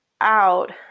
out